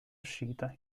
uscita